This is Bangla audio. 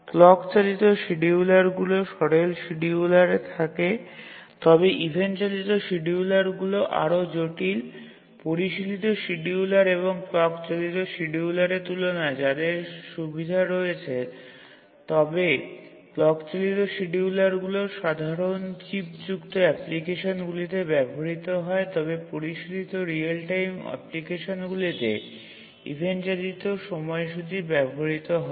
ক্লক চালিত শিডিয়ুলারগুলি সরল শিডিয়ুলার থাকে তবে ইভেন্ট চালিত শিডিয়ুলারগুলি আরও জটিল পরিশীলিত শিডিয়ুলার এবং ক্লক চালিত শিডিয়ুলারের তুলনায় তাদের সুবিধা রয়েছে তবে ক্লক চালিত শিডিয়ুলারগুলি সাধারণ চিপ যুক্ত অ্যাপ্লিকেশনগুলিতে ব্যবহৃত হয় তবে পরিশীলিত রিয়েল টাইম অ্যাপ্লিকেশনগুলিতে ইভেন্ট চালিত সময়সূচী ব্যবহৃত হয়